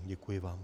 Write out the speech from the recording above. Děkuji vám.